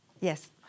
Yes